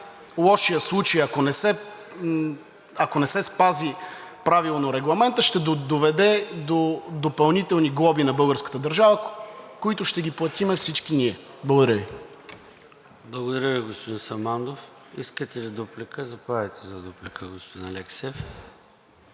най-лошия случай, ако не се спази правилно Регламента, ще доведе до допълнителни глоби на българската държава, които ще ги платим всички ние. Благодаря Ви. ПРЕДСЕДАТЕЛ ЙОРДАН ЦОНЕВ: Благодаря Ви, господин Самандов. Искате ли дуплика? Заповядайте за дуплика, господин Алексиев.